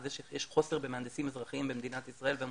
כך שיש חוסר במהנדסים אזרחיים במדינת ישראל והם